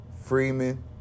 Freeman